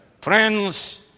Friends